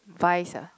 vice ah